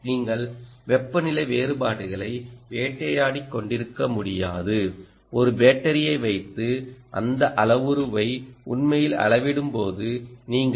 நீங்கள் வெப்பநிலை வேறுபாடுகளை வேட்டையாடிக் கொண்டிருக்க முடியாது ஒரு பேட்டரியை வைத்து அந்த அளவுருவை உண்மையில் அளவிடும்போது நீங்கள்